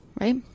right